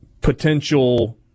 potential